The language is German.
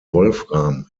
wolfram